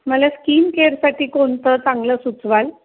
मला स्किन केअरसाठी कोणतं चांगलं सुचवाल